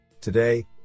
today